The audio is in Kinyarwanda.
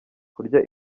kurya